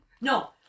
No